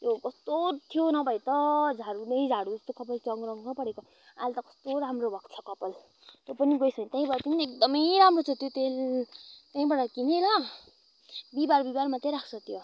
कस्तो थियो नभए त झाडु नै झाडु जस्तै कपाल जङ्रङ्गै परेको अहिले त कस्तो राम्रो भएको छ कपाल तँ पनि गइस् भने त्यहीँबाट किन् एकदमै राम्रो छ त्यो तेल त्यहीँबाट किन है ल बिहिबार बिहिबार मात्रै राख्छ त्यो